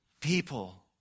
people